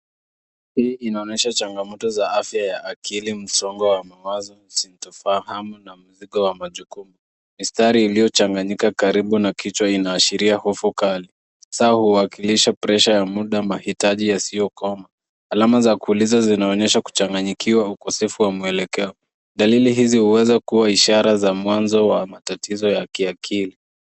Hii inaonyesha changamoto za afya ya akili, msongo wa mawazo, na mzigo wa majukumu. Mistari iliyochanganika karibu na kichwa husahiria hofu kali. huwakilisha presha ya muda, mahitaji yasiyokomaa. Alama za kuuliza zinaonyesha kuchanganikiwa, ukosefu wa muelekeo. Dalili hizi huweza kuwa ishara za mwanzo wa matatizo ya kiakili.